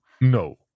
No